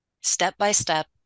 step-by-step